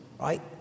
right